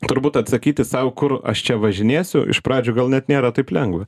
turbūt atsakyti sau kur aš čia važinėsiu iš pradžių gal net nėra taip lengva